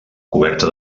coberta